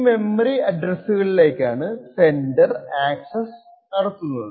ഈ മെമ്മറി അഡ്രസ്സുകളിലേക്കാണ് sender access നടത്തുന്നത്